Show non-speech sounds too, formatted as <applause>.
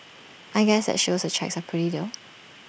I guess that shows the checks are pretty <unintelligible>